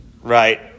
right